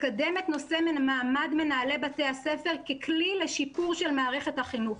תקדם את נושא מעמד מנהלי בתי הספר ככלי לשיפור של מערכת החינוך.